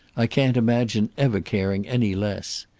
i can't imagine ever caring any less.